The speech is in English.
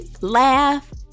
laugh